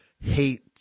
hate